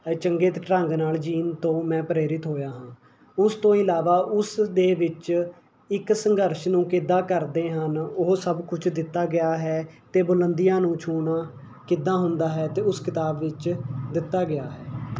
ਚੰਗੇ ਤ ਢੰਗ ਨਾਲ ਜੀਣ ਤੋਂ ਮੈਂ ਪ੍ਰੇਰਿਤ ਹੋਇਆ ਹਾਂ ਉਸ ਤੋਂ ਇਲਾਵਾ ਉਸ ਦੇ ਵਿੱਚ ਇੱਕ ਸੰਘਰਸ਼ ਨੂੰ ਕਿੱਦਾਂ ਕਰਦੇ ਹਨ ਉਹ ਸਭ ਕੁਛ ਦਿੱਤਾ ਗਿਆ ਹੈ ਅਤੇ ਬੁਲੰਦੀਆਂ ਨੂੰ ਛੂਹਣਾ ਕਿੱਦਾਂ ਹੁੰਦਾ ਹੈ ਅਤੇ ਉਸ ਕਿਤਾਬ ਵਿੱਚ ਦਿੱਤਾ ਗਿਆ ਹੈ